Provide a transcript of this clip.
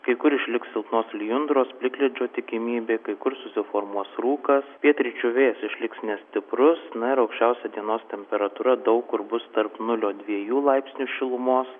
kai kur išliks silpnos lijundros plikledžio tikimybė kai kur susiformuos rūkas pietryčių vėjas išliks nestiprus na ir aukščiausia dienos temperatūra daug kur bus tarp nulio dviejų laipsnių šilumos